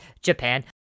Japan